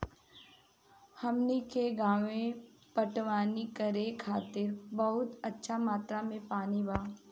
हमनी के गांवे पटवनी करे खातिर बहुत अच्छा मात्रा में पानी बा